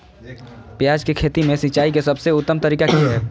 प्याज के खेती में सिंचाई के सबसे उत्तम तरीका की है?